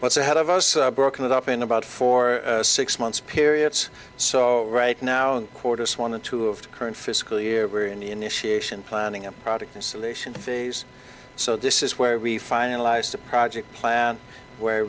what's ahead of us broke it up in about four six months periods so right now and quarters one and two of the current fiscal year we're in the initiation planning a product installation phase so this is where we finalized the project plan where